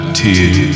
tears